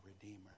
redeemer